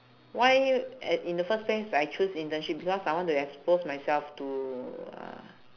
why at in the first place I choose internship because I want to expose myself to uh